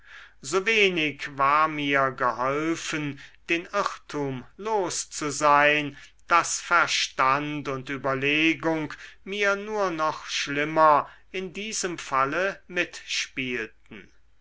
so wenig war mir geholfen den irrtum los zu sein daß verstand und überlegung mir nur noch schlimmer in diesem falle mitspielten